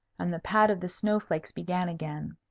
and the pat of the snow-flakes began again.